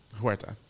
Huerta